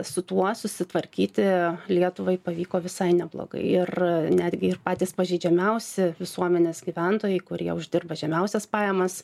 su tuo susitvarkyti lietuvai pavyko visai neblogai ir netgi patys pažeidžiamiausi visuomenės gyventojai kurie uždirba žemiausias pajamas